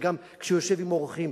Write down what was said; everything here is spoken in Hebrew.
וגם כשהוא יושב עם אורחים,